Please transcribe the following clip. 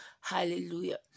hallelujah